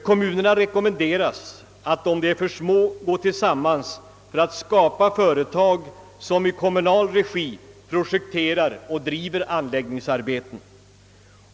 Kommunerna rekommenderas att om de är för små gå tillsammans för att skapa företag som i kommunal regi projekterar och driver anläggningsarbeten.